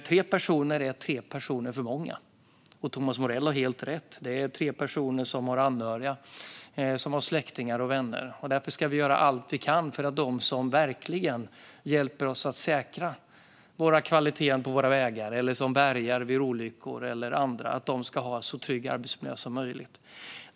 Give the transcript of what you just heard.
Tre personer är tre personer för många. Thomas Morell har helt rätt; det är tre personer som har anhöriga, släktingar och vänner. Därför ska vi göra allt vi kan för att de som verkligen hjälper oss att säkra kvaliteten på våra vägar, de som bärgar vid olyckor och andra ska ha en så trygg arbetsmiljö som möjligt.